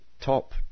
top